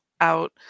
out